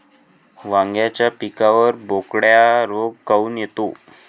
वांग्याच्या पिकावर बोकड्या रोग काऊन येतो?